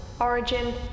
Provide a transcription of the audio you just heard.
origin